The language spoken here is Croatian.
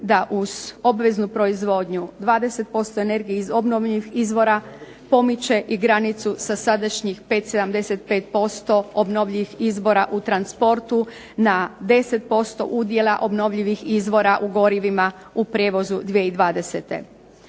da uz obveznu proizvodnju, 20% energije iz obnovljivih izvora pomiče granicu sa 5,75% obnovljivih izvora u transportu na 10% udjela obnovljivih izvora u gorivima u prijevozu 2020.